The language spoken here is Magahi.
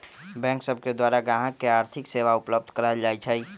बैंक सब के द्वारा गाहक के आर्थिक सेवा उपलब्ध कराएल जाइ छइ